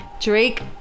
Drake